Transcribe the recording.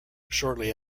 shortly